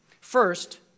First